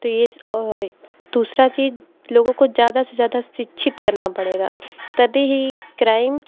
तो ये दूसरा चीज लोगों को ज़्यादा से ज़्यादा शिक्षित करना पड़ेगा तभी ही क्राइम